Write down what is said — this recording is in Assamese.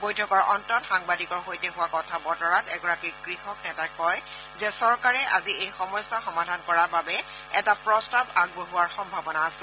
বৈঠকৰ অন্তত সাংবাদিকৰ সৈতে হোৱা কথা বতৰাত এগৰাকী কৃষক নেতাই কয় যে চৰকাৰে আজি এই সমস্যা সমাধান কৰাৰ বাবে এটা প্ৰস্তাৱ আগবঢ়োৱাৰ সম্ভাৱনা আছে